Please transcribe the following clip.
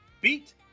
beat